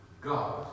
God